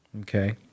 okay